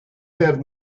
have